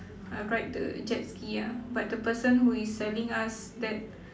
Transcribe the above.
uh ride the jet ski ah but the person who is selling us that